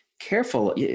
careful